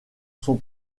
son